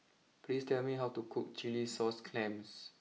please tell me how to cook Chilli Sauce Clams